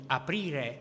aprire